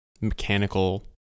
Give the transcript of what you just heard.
mechanical